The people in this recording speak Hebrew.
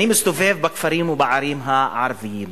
אני מסתובב בכפרים ובערים הערביים.